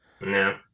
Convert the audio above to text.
No